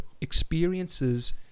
experiences